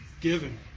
given